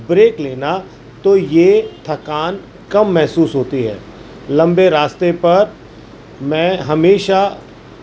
break لینا تو یہ تھکان کم محسوس ہوتی ہے لمبے راستے پر میں ہمیشہ